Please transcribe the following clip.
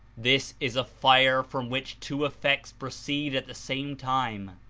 this is a fire from which two effects proceed at the same time